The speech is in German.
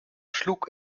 schlug